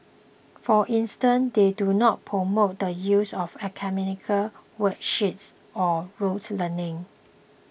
for instance they do not promote the use of academic worksheets or rotes learning